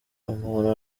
umuntu